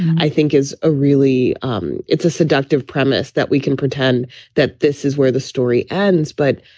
i think is a really um it's a seductive premise that we can pretend that this is where the story ends. but,